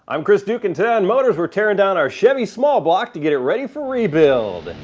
i'm chris duke and today on motorz we're tearing down our chevy small block to get it ready for rebuild.